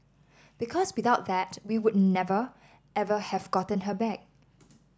because without that we would never ever have gotten her back